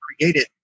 created